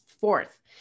fourth